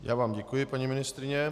Já vám děkuji, paní ministryně.